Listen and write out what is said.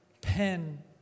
pen